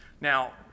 Now